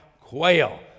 quail